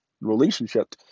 relationship